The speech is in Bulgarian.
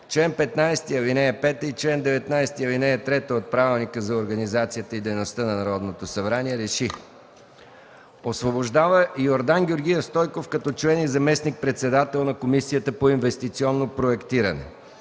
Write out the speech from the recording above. чл. 15, ал. 5, и чл. 19, ал. 3 от Правилника за организацията и дейността на Народното събрание РЕШИ: 1. Освобождава Йордан Георгиев Стойков като член и заместник-председател на Комисията по инвестиционно проектиране.